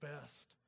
best